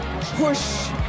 push